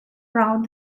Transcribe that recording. round